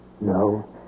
No